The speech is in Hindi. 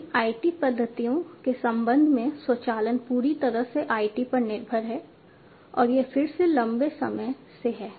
इन IT पद्धतियों के संबंध में स्वचालन पूरी तरह से IT पर निर्भर है और यह फिर से लंबे समय से है